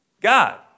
God